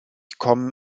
gekommen